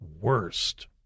worst